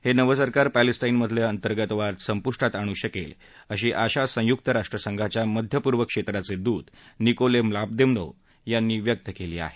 हे नवं सरकार पॅलेस्टाईनमधले अंतर्गत वाद संपुष्टात आणु शकेल अशी आशा संयुक्त राष्ट्रसंघाच्या मध्य पूर्व क्षेत्राचे दूत निकोले म्लादेन्व्हो यांनी व्यक्त केली आहे